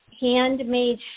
handmade